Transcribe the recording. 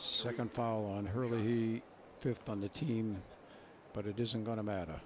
second fall on her lazy fifth on the team but it isn't going to matter